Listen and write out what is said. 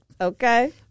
Okay